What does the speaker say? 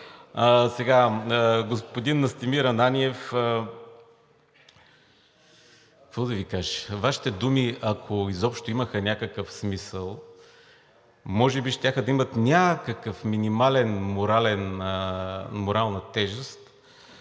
Господин Настимир Ананиев, какво да Ви кажа? Вашите думи, ако изобщо имаха някакъв смисъл, може би щяха да имат някаква минимална морална тежест,